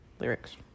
lyrics